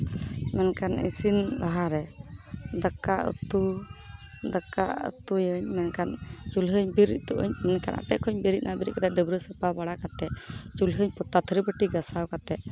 ᱢᱮᱱᱠᱷᱟᱱ ᱤᱥᱤᱱ ᱞᱟᱦᱟᱨᱮ ᱫᱟᱠᱟ ᱩᱛᱩ ᱫᱟᱠᱟ ᱩᱛᱩᱭᱟᱹᱧ ᱢᱮᱱᱠᱷᱟᱱ ᱟᱴᱮᱫ ᱠᱷᱚᱱᱤᱧ ᱵᱮᱨᱮᱫᱱᱟ ᱵᱮᱨᱮᱫ ᱠᱟᱛᱮᱜ ᱰᱟᱹᱵᱨᱟᱹ ᱥᱟᱯᱷᱟ ᱵᱟᱲᱟ ᱠᱟᱛᱮᱜ ᱪᱩᱞᱦᱟᱹᱧ ᱯᱚᱛᱟᱣᱟ ᱛᱷᱟᱹᱨᱤ ᱵᱟᱹᱴᱤ ᱜᱟᱥᱟᱣ ᱠᱟᱛᱮᱜ